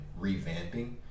revamping